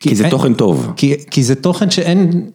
כי זה תוכן טוב, כי זה תוכן שאין.